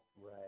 right